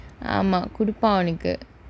ஆமா குடுப்பான் ஒனக்கு:aamaa kuduppaan onakku